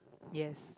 yes